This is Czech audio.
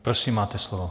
Prosím, máte slovo.